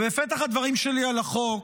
בפתח הדברים שלי על החוק